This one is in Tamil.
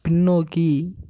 பின்னோக்கி